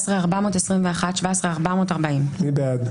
17,081 עד 17,100. מי בעד?